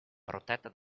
protetta